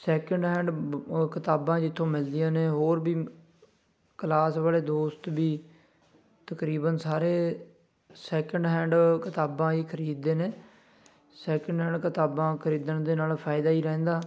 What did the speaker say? second hand ਬ ਕਿਤਾਬਾਂ ਜਿੱਥੋਂ ਮਿਲਦੀਆਂ ਨੇ ਹੋਰ ਵੀ ਕਲਾਸ ਬੜੇ ਦੋਸਤ ਵੀ ਤਕਰੀਬਨ ਸਾਰੇ ਸੈਕਿੰਡ ਹੈਂਡ ਕਿਤਾਬਾਂ ਹੀ ਖਰੀਦਦੇ ਨੇ ਸੈਕਿੰਡ ਹੈਂਡ ਕਿਤਾਬਾਂ ਖਰੀਦਣ ਦੇ ਨਾਲ ਫਾਇਦਾ ਹੀ ਰਹਿੰਦਾ